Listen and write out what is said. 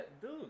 dude